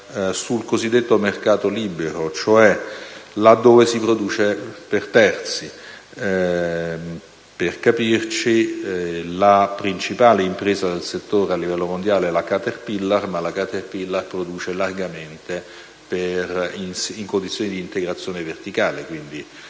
sul cosiddetto mercato libero, cioè là dove si produce per terzi. Per capirci, la principale impresa del settore a livello mondiale è la Caterpillar, ma quest'ultima produce largamente in condizioni di integrazione verticale, quindi